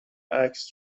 عکس